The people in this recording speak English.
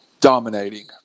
dominating